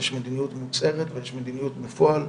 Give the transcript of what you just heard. יש מדיניות מוצהרת ויש מדיניות בפועל.